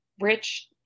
rich